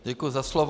Děkuji za slovo.